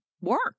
work